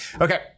Okay